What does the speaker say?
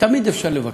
תמיד אפשר לבקר,